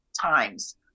times